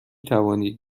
توانید